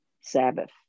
Sabbath